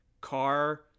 car